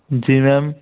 जी ma'am